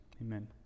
Amen